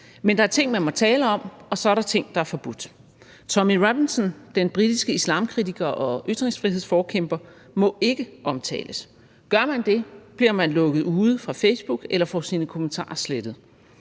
Men der er ting, man må tale om, og så er der ting, der er forbudt. Tommy Robinson, den britiske islamkritiker og ytringsfrihedsforkæmper, må ikke omtales. Gør man det, bliver man lukket ude fra Facebook eller får sine kommentarer slettet.